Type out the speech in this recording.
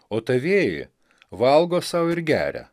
o tavieji valgo sau ir geria